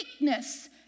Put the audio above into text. weakness